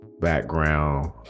background